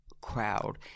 crowd